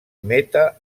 meta